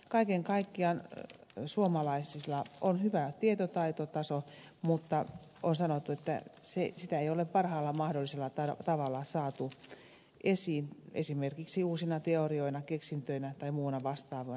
kaiken kaikkiaan suomalaisilla on hyvä tietotaitotaso mutta on sanottu että sitä ei ole parhaalla mahdollisella tavalla saatu esiin esimerkiksi uusina teorioina keksintöinä tai muina vastaavina tuotteina